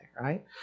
right